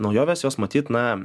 naujovės jos matyt na